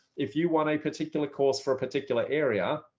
if you want a particular course for a particular area,